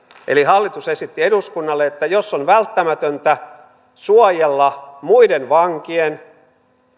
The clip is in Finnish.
eli hallitus esitti eduskunnalle että jos on välttämätöntä suojella muiden vankien